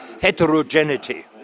heterogeneity